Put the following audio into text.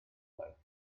light